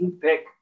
pick